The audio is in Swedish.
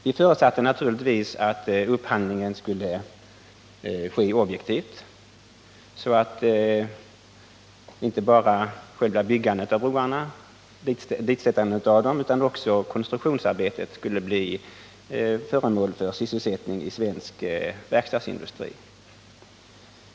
Vi förutsatte naturligtvis att upphandlingen skulle ske objektivt, så att inte bara själva byggandet av broarna och ditsättandet av dem utan också konstruktionsarbetet skulle gynna sysselsättningen i svensk verkstadsindustri.